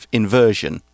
inversion